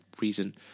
reason